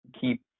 keep